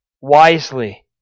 wisely